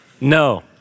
No